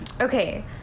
Okay